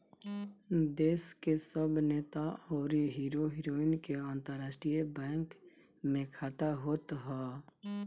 देस के सब नेता अउरी हीरो हीरोइन के अंतरराष्ट्रीय बैंक में खाता होत हअ